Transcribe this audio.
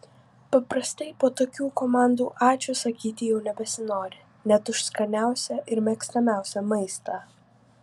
paprastai po tokių komandų ačiū sakyti jau nebesinori net už skaniausią ir mėgstamiausią maistą